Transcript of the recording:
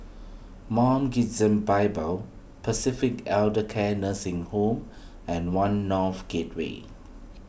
Mount Gerizim Bible Pacific Elder Care Nursing Home and one North Gateway